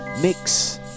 Mix